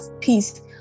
peace